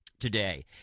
today